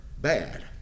bad